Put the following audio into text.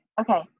Okay